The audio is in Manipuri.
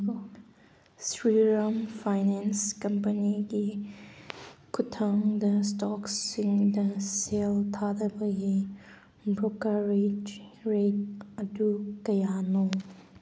ꯁ꯭ꯔꯤꯔꯥꯝ ꯐꯩꯅꯥꯟꯁ ꯀꯝꯄꯅꯤꯒꯤ ꯈꯨꯠꯊꯥꯡꯗ ꯏꯁꯇꯣꯛꯁꯤꯡꯗ ꯁꯦꯜ ꯊꯥꯗꯕꯒꯤ ꯕ꯭ꯔꯣꯀꯦꯔꯦꯁ ꯔꯦꯠ ꯑꯗꯨ ꯀꯌꯥꯅꯣ